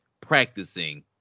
practicing